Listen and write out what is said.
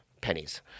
pennies